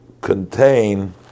contain